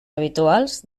habituals